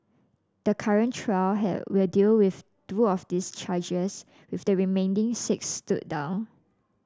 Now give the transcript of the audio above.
the current trial will deal with two of those charges with the remaining six stood down